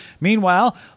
Meanwhile